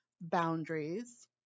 boundaries